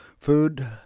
food